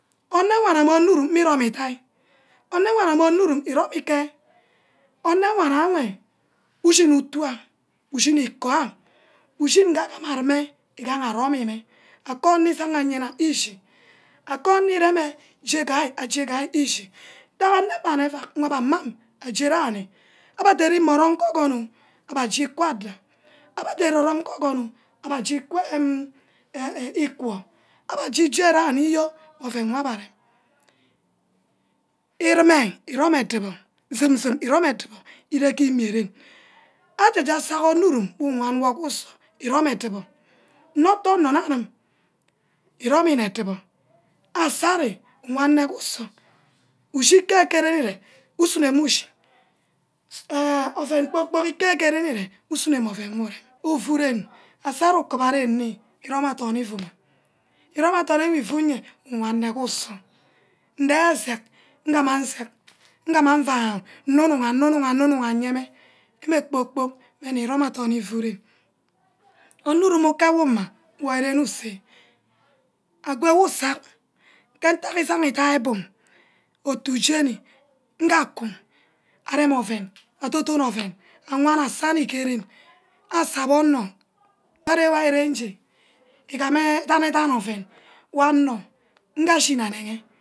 Anewana mme ornurum mme írum ídaí. anewana mme ornurum írumíke onewana ewe ushini utuam. ushíní íkoíham ushíní ngegamarume ígaha arome mme akoní ífaí íshí akaní íreme j́ega jega íshi enebana euack aba mai aj́e jahari deri mma or rung ke ogonor abe aje kwo aja abe deri mma or rung ke ogonor abe aj́e kwo em eh eh lqiuo abe aje aje ranny o mme oven wor abe arem ireme irome edubor zoom zoom írome edubor íre ke íme ren Ajecback sía ornurum who wan wor ke usoh írom edubor nne utor onor nne aneme íromine edibor asari uwen nne ke usoh ushė ka kerene uren usunoma ushe enh oven kpor kpork ítte ke ren íre usunoma oven. ufuren asarí́ng ukuba ren nni íroma dorn ífuma uruma dorn who fu ye who wanne ke usoh ndeī esek ngama nsek ngama uer nnunuha nnunuha nyema ame kpor kpork ni imang adorn erorom ufu ren onurum ícawuma wor ren ause ago who kentack esaní ídìabuk otu jen̍i ngar aku arem oven dodono oven awan asani ke ren ah oven wa onor ndiashìni anege